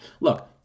Look